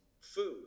food